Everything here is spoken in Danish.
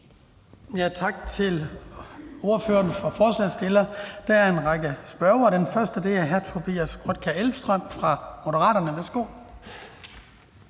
Tak til ordføreren for forslagsstillerne. Der er en række spørgere. Den første er hr. Tobias Grotkjær Elmstrøm fra Moderaterne. Værsgo.